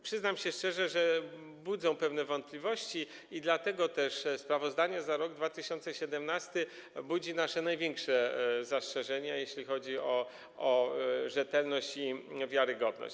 Przyznam się szczerze, że budzą pewne wątpliwości i dlatego też sprawozdanie za rok 2017 budzi nasze największe zastrzeżenia, jeśli chodzi o rzetelność i wiarygodność.